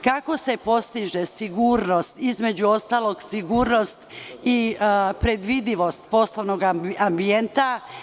Kako se postiže sigurnost, između ostalog sigurnost i predvidivost poslovnog ambijenta?